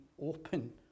open